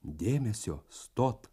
dėmesio stot